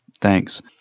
Thanks